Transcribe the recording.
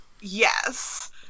Yes